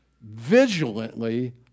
vigilantly